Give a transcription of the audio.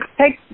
take